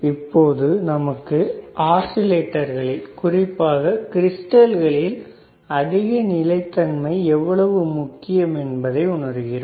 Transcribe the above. இப்பொழுது நமக்கு ஆஸிலேட்டர்களிலும் குறிப்பாக கிரிஸ்டல்களில் அதிக நிலைத்தன்மை எவ்வளவு முக்கியம் என்பதை உணருகிறோம்